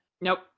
Nope